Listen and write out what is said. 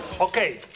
Okay